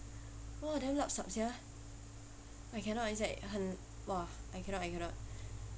!wah! damn lupsup sia I cannot it's like 很 !wah! I cannot I cannot